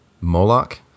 Moloch